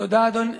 תודה, אדוני.